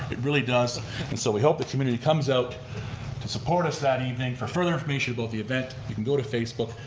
it really does and so we hope the community comes out to support us that evening. for further information about the event, you can go to facebook,